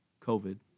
COVID